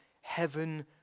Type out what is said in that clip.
heaven